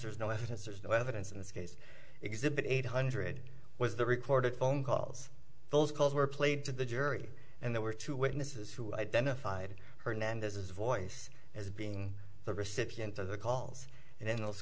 there's no evidence there's no evidence in this case exhibit eight hundred was the recorded phone calls those calls were played to the jury and there were two witnesses who identified her now and this is the voice as being the recipient of the calls and in those